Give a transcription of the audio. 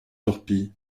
torpilles